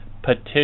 petition